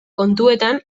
kontuetan